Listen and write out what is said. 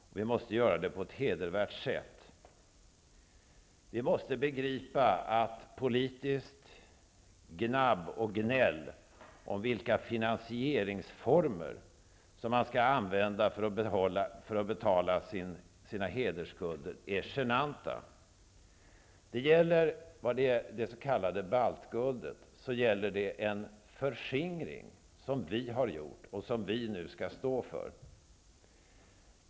Och vi måste göra det på ett hedervärt sätt. Vi måste begripa att politiskt gnabb och gnäll om vilka finansieringsformer man skall använda för att betala sina hedersskulder är genanta. Frågan om det s.k. baltguldet gäller en förskingring som vi har gjort och som vi nu skall stå för.